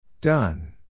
Done